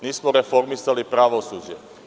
Nismo reformisali pravosuđe.